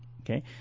okay